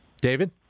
David